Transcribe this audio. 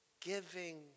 giving